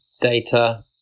data